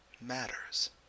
matters